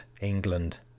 England